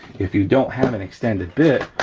if you don't have an extended bit,